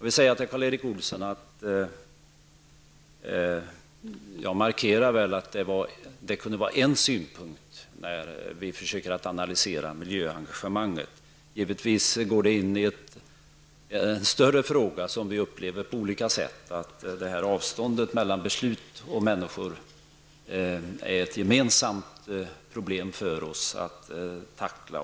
Till Karl Erik Olsson vill jag säga att jag markerade att detta kunde vara en synpunkt när vi försöker analysera miljöengagemanget. Givetvis ingår detta i en större fråga, nämligen att avståndet mellan besluten och människorna är ett gemensamt problem för oss att tackla.